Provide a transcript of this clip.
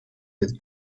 with